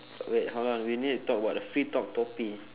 wait how long we need talk about the free talk topi~